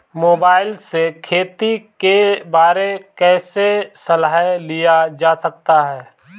Mobile से खेती के बारे कैसे सलाह लिया जा सकता है?